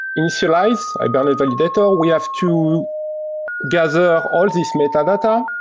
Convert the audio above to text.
initialize hibernate validator, we have to gather all these metadata.